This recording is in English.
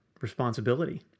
responsibility